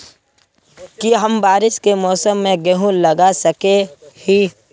की हम बारिश के मौसम में गेंहू लगा सके हिए?